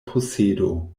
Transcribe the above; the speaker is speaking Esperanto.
posedo